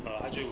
uh 就